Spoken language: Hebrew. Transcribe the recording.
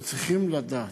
היו צריכים לדעת,